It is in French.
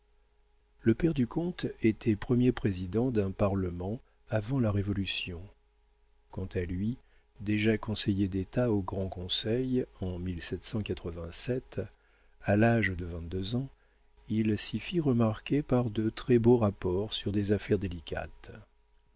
le père du comte était premier président d'un parlement avant la révolution quant à lui déjà conseiller d'état au grand conseil en à l'âge de vingt-deux ans il s'y fit remarquer par de très beaux rapports sur des affaires délicates